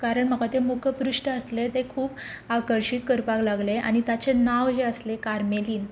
कारण म्हाका तें मुखपृश्ट आसलें तें खूब आकर्शीत करपाक लागलें आनी ताचें नांव जें आसलें कार्मेलीन